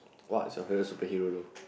what is your favourite superhero